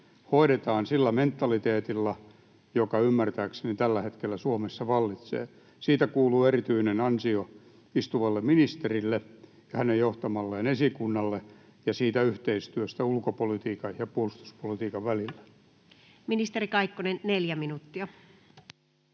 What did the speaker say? hoidetaan sillä mentaliteetilla, joka ymmärtääkseni tällä hetkellä Suomessa vallitsee. Siitä kuuluu erityinen ansio istuvalle ministerille ja hänen johtamalleen esikunnalle, samoin siitä yhteistyöstä ulkopolitiikan ja puolustuspolitiikan välillä. Ministeri Kaikkonen, 4 minuuttia.